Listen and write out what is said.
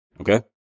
Okay